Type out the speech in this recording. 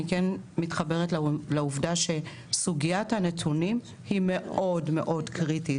אני מתחברת לעובדה שסוגית הנתונים היא מאוד קריטית.